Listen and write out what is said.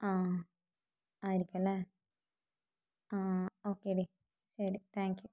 ആ ആയിരിക്കുവല്ലെ ആ ഓക്കേ ടി ശരി താങ്ക് യു